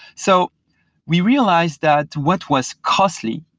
so we realized that what was costly,